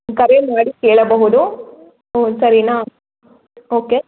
ಕರೆ ಮಾಡಿ ಕೇಳಬಹುದು ಹ್ಞೂ ಸರಿನಾ ಓಕೆ